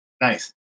Nice